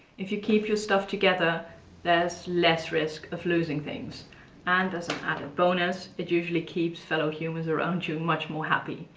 if you keep your stuff together there's less risk of losing things and, as an added bonus, it usually keeps fellow humans around you much more happy.